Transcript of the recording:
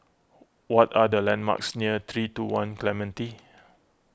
what are the landmarks near three two one Clementi